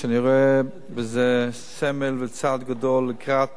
ואני רואה בזה סמל וצעד גדול לקראת